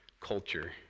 culture